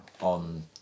on